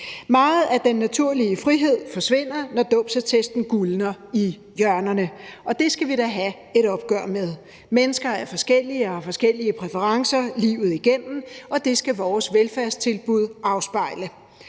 Meget af den naturlige frihed forsvinder, når dåbsattesten gulner i hjørnerne, og det skal vi da have et opgør med. Mennesker er forskellige og har forskellige præferencer livet igennem, og det skal vores velfærdstilbud afspejle.